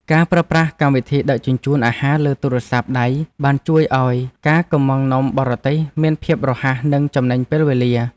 ការប្រើប្រាស់កម្មវិធីដឹកជញ្ជូនអាហារលើទូរស័ព្ទដៃបានជួយឱ្យការកម្ម៉ង់នំបរទេសមានភាពរហ័សនិងចំណេញពេល។